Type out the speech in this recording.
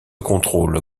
contrôle